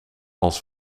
als